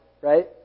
right